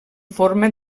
forma